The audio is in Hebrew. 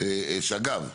אגב,